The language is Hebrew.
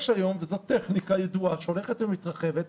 יש היום טכניקה ידועה שהולכת ומתרחבת,